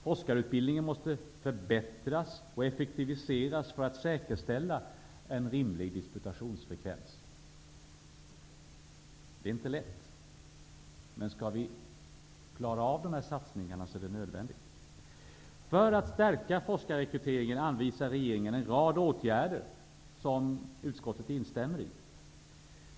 Forskarutbildningen måste förbättras och effektiviseras för att säkerställa en rimlig disputationsfrekvens. Det är inte lätt, men det är nödvändigt för att klara dessa satsningar. För att stärka forskarrekryteringen anvisar regeringen en rad åtgärder som utskottet instämmer i.